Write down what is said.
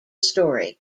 story